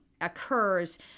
occurs